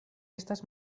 estas